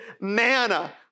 manna